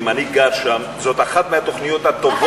אם תפסיקי לצעוק, אבל שלא יסלף את הדברים שלי.